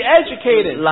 educated